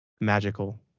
magical